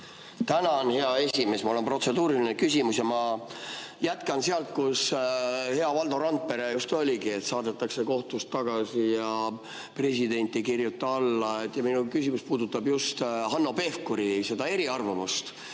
Tänan, hea esimees! Mul on protseduuriline küsimus ja ma jätkan sealt, kus hea Valdo Randpere just oli, et saadetakse kohtust tagasi ja president ei kirjuta alla. Minu küsimus puudutab Hanno Pevkuri eriarvamust.